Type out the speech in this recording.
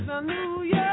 Hallelujah